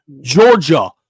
Georgia